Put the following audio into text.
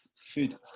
food